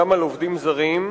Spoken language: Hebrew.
גם על עובדים זרים,